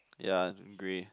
ya grey